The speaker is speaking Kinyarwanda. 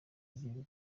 y’igihugu